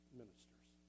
ministers